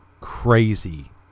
crazy